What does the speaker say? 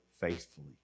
faithfully